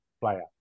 player